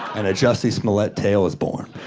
and a jussie smollett tale was born.